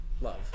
love